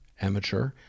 amateur